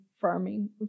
farming